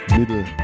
Middle